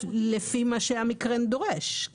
לפי מה שהמקרה דורש.